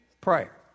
prayer